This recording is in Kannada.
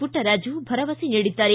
ಪುಟ್ಟರಾಜು ಭರವಸೆ ನೀಡಿದ್ದಾರೆ